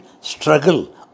struggle